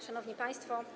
Szanowni Państwo!